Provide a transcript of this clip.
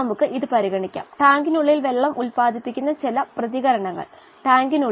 DO ഒരു സ്ഥിരമായിരിക്കും ബയോറിയാക്ടറുകൾ പ്രവർത്തിപ്പിക്കുമ്പോൾ ഈ അവസ്ഥ കൈവരിക്കാൻ നമ്മൾ നോക്കുന്നു